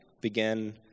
began